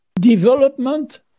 Development